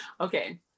Okay